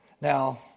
Now